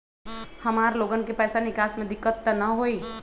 हमार लोगन के पैसा निकास में दिक्कत त न होई?